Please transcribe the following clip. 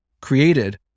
created